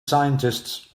scientists